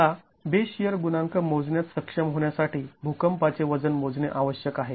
मला base shear गुणांक मोजण्यात सक्षम होण्यासाठी भुकंपाचे वजन मोजणे आवश्यक आहे